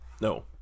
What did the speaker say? No